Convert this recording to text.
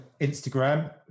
Instagram